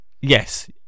Yes